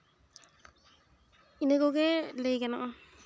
ᱤᱱᱟᱹ ᱠᱚᱜᱮ ᱞᱟᱹᱭ ᱜᱟᱱᱚᱜᱼᱟ